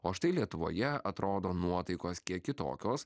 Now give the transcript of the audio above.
o štai lietuvoje atrodo nuotaikos kiek kitokios